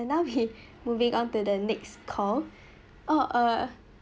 and now we moving on to the next call oh err